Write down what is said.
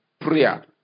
prayer